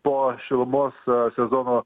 po šilumos sezono